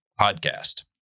podcast